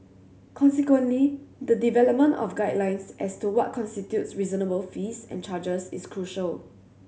consequently the development of guidelines as to what constitutes reasonable fees and charges is crucial